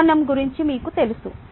ఉత్పన్నo గురించి మీకు తెలుసు